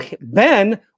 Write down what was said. Ben